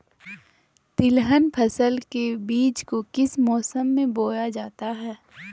तिलहन फसल के बीज को किस मौसम में बोया जाता है?